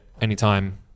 anytime